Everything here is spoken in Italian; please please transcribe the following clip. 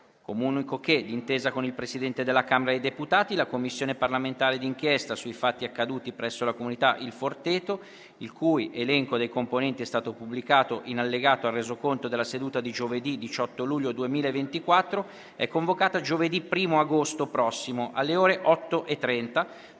Comunico che, d'intesa con il Presidente della Camera dei deputati, la Commissione parlamentare di inchiesta sui fatti accaduti presso la comunità «Il Forteto», il cui elenco dei componenti è stato pubblicato in allegato al Resoconto della seduta di giovedì 18 luglio 2024, è convocata giovedì 1° agosto prossimo, alle ore 8,30,